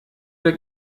der